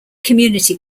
community